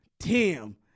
Tim